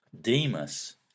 Demas